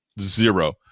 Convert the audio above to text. zero